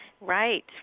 Right